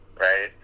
right